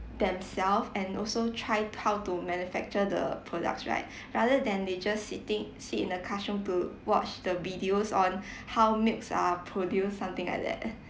themselves and also try how to manufacture the products right rather than they just sitting sit in the classroom to watch the videos on how milks are produce something like that